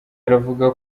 baravuga